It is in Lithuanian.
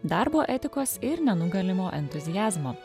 darbo etikos ir nenugalimo entuziazmo